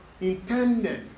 intended